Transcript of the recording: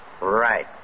Right